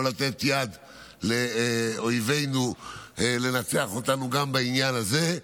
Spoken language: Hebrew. לא לתת יד לאויבינו לנצח אותנו גם בעניין הזה.